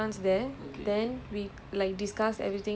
ya